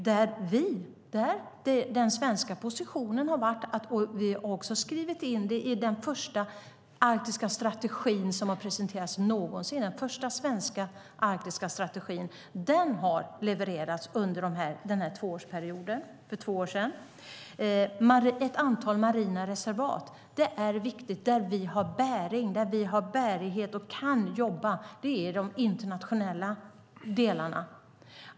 Den svenska positionen har skrivits in i den första svenska arktiska strategi som någonsin presenterats. Den har levererats för två år sedan. Ett antal marina reservat är viktiga. Vi har bärighet och kan jobba i de internationella delarna.